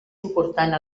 important